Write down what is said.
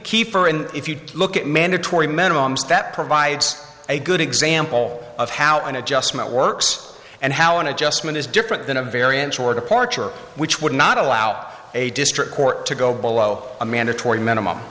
keeper and if you look at mandatory minimums that provides a good example of how an adjustment works and how an adjustment is different than a variance or departure which would not allow a district court to go below a mandatory minimum